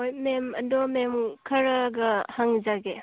ꯍꯣꯏ ꯃꯦꯝ ꯑꯗꯣ ꯃꯦꯝ ꯈꯔꯒ ꯍꯪꯖꯒꯦ